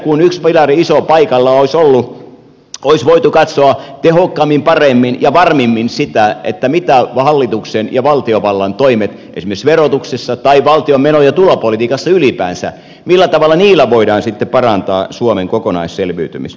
kun yksi iso pilari paikallaan olisi ollut olisi voitu katsoa tehokkaammin paremmin ja varmemmin sitä mitä hallituksen ja valtiovallan toimet esimerkiksi verotuksessa tai valtion meno ja tulopolitiikassa ylipäänsä olisivat ja millä tavalla niillä voidaan sitten parantaa suomen kokonaisselviytymistä